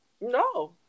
No